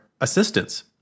assistance